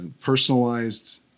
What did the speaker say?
personalized